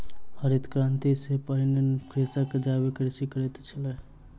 हरित क्रांति सॅ पहिने कृषक जैविक कृषि करैत छल